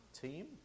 team